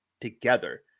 together